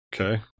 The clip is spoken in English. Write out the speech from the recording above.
Okay